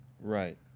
right